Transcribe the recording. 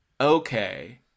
okay